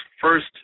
first